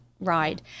ride